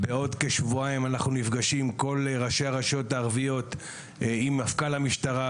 בעוד כשבועיים אנחנו נפגשים כל ראשי הרשויות הערביות עם מפכ"ל המשטרה,